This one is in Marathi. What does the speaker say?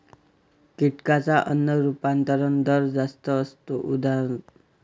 कीटकांचा अन्न रूपांतरण दर जास्त असतो, उदा